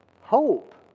Hope